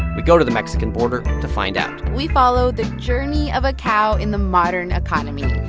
we go to the mexican border to find out we follow the journey of a cow in the modern economy.